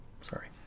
Sorry